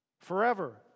Forever